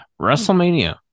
WrestleMania